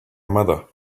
mother